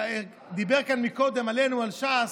דיבר כאן קודם עלינו, על ש"ס,